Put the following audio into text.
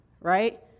right